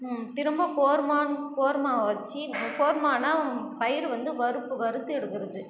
திரும்ப கோர்மா கோர்மாவ வச்சு கோர்மானால் பயிறு வந்து வறுத்து வறுத்து எடுக்கிறது